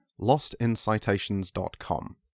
lostincitations.com